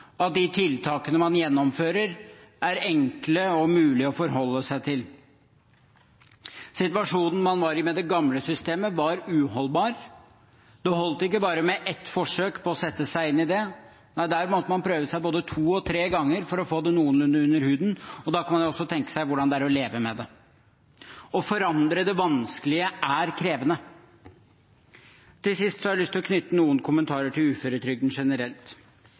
at de er enkle og mulige å forholde seg til. Situasjonen man var i med det gamle systemet, var uholdbar. Det holdt ikke bare med ett forsøk på å sette seg inn i det – nei, der måtte man prøve seg både to og tre ganger for å få det noenlunde under huden. Da kan man jo tenke seg hvordan det er å leve med det. Å forandre det vanskelige er krevende. Til sist har jeg lyst til å knytte noen kommentarer til uføretrygden generelt.